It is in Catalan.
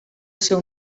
seu